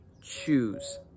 choose